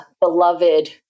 beloved